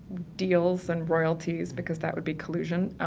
deals and royalties because that would be collusion, um,